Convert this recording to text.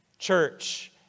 Church